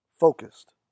focused